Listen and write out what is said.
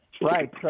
Right